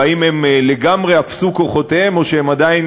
והאם לגמרי אפסו כוחותיהם או שהם עדיין